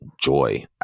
joy